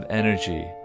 energy